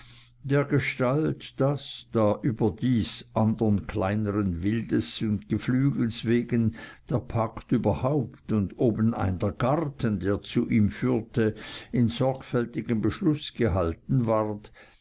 dergestalt daß da überdies anderen kleineren wildes und geflügels wegen der park überhaupt und obenein der garten der zu ihm führte in sorgfältigem beschluß gehalten ward